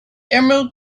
emerald